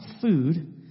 food